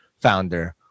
founder